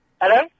Hello